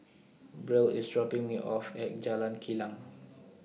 Brielle IS dropping Me off At Jalan Kilang